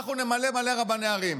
אנחנו נמנה מלא רבני ערים.